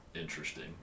interesting